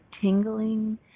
tingling